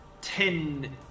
Ten